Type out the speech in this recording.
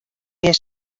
mear